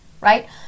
right